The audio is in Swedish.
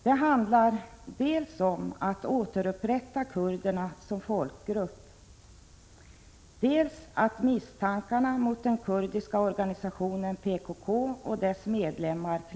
Det handlar om att dels återupprätta kurderna som folkgrupp, dels klargöra misstankarna mot den kurdiska organisationen PKK och dess medlemmar.